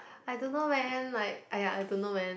I don't know man like !aiya! I don't know man